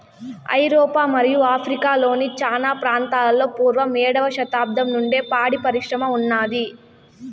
ఐరోపా మరియు ఆఫ్రికా లోని చానా ప్రాంతాలలో పూర్వం ఏడవ శతాబ్దం నుండే పాడి పరిశ్రమ ఉన్నాది